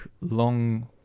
long